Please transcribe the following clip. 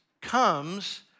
comes